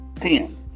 ten